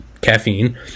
caffeine